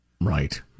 Right